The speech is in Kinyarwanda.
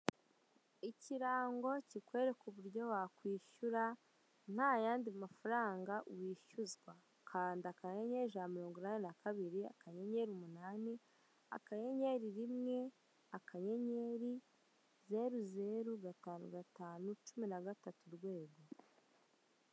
Ikirango kikwereka uburyo wakwishyura ntayandi mafaranga wishyuzwa. Ukana akanyenyeri ijana na miringo inani na kabiri, akanyenyeriumunani akanyenyeri rimwe akanyenyeri zeru zeru, gatanu gatanu cumi na gatatu urwego.